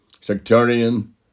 Sectarian